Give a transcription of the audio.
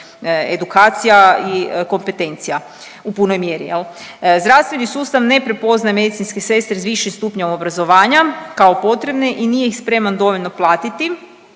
edukacija i kompetencija u punoj mjeri jel. Zdravstveni sustav ne prepoznaje medicinske sestre iz viših stupnja obrazovanja kao potrebne i nije ih spreman dovoljno platiti